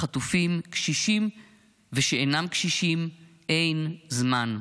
לחטופים, קשישים ושאינם קשישים, אין זמן.